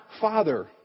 father